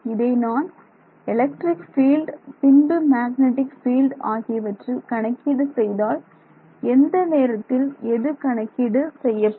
இதை நான் electric field பின்பு மேக்னெட்டிக் பீல்டு ஆகியவற்றில் கணக்கீடு செய்தால் எந்த நேரத்தில் எது கணக்கீடு செய்யப்படும்